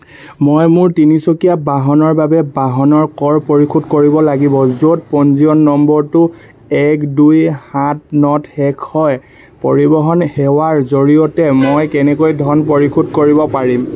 মই মোৰ তিনিচকীয়া বাহনৰ বাবে বাহনৰ কৰ পৰিশোধ কৰিব লাগিব য'ত পঞ্জীয়ন নম্বৰটো এক দুই সাত নত শেষ হয় পৰিবহণ সেৱাৰ জৰিয়তে মই কেনেকৈ ধন পৰিশোধ কৰিব পাৰিম